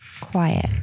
quiet